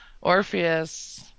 Orpheus